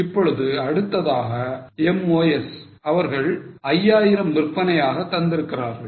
இப்பொழுது அடுத்ததாக MOS அவர்கள் 5000 விற்பனையாக தந்திருக்கிறார்கள்